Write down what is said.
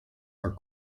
are